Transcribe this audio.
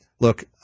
look